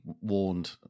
warned